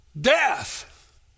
Death